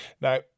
Now